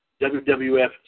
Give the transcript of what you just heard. WWF